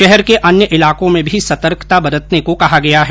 शहर के अन्य इलाकों में भी सतर्कता बरतने को कहा गया है